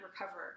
recover